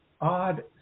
odd